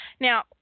Now